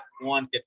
one